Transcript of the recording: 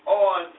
on